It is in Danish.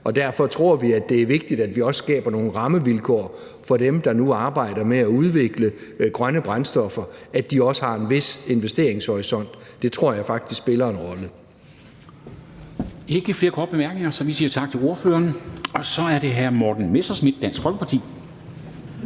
Derfor tror vi også, at det er vigtigt, at vi skaber nogle rammevilkår for dem, der nu arbejder med at udvikle grønne brændstoffer, og at de også har en vis investeringshorisont. Det tror jeg faktisk spiller en rolle.